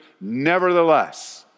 Nevertheless